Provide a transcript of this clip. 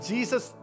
Jesus